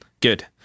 Good